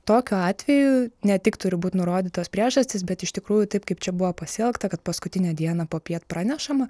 tokiu atveju ne tik turi būt nurodytos priežastys bet iš tikrųjų taip kaip čia buvo pasielgta kad paskutinę dieną popiet pranešama